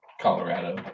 Colorado